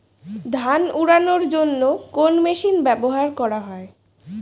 ধান উড়ানোর জন্য কোন মেশিন ব্যবহার করা হয়?